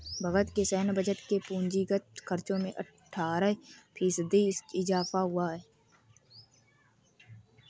भारत के सैन्य बजट के पूंजीगत खर्चो में अट्ठारह फ़ीसदी इज़ाफ़ा हुआ है